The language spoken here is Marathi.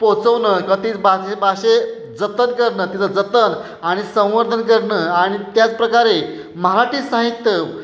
पोचवणं का तीच बाजे भाषे जतन करणं तिचं जतन आणि संवर्धन करणं आणि त्याचप्रकारे मराठी साहित्य